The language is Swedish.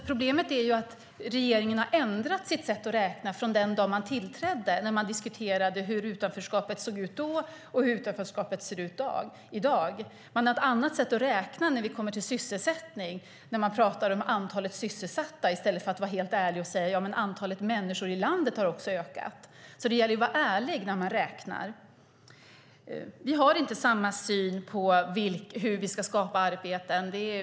Problemet är att regeringen har ändrat sitt sätt att räkna. Den dag man tillträdde diskuterade man hur utanförskapet såg ut då, och i dag gäller det hur utanförskapet ser ut nu. Man har ett annat sätt att räkna när det kommer till sysselsättning, när man pratar om antalet sysselsatta i stället för att vara helt ärlig och säga att antalet människor i landet också har ökat. Det gäller att vara ärlig när man räknar. Vi har inte samma syn på hur vi ska skapa arbeten.